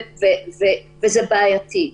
וזה בעייתי.